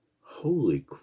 holy